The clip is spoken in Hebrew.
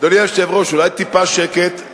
אדוני היושב-ראש, אולי טיפה שקט?